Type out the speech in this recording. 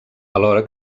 alhora